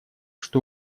что